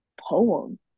poem